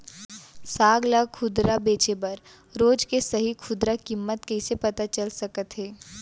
साग ला खुदरा बेचे बर रोज के सही खुदरा किम्मत कइसे पता चल सकत हे?